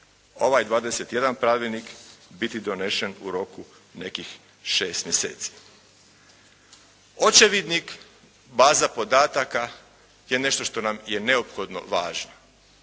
ovaj 21 pravilnik biti donesen u roku nekih šest mjeseci. Očevidnik, baza podataka je nešto što nam je neophodno važno.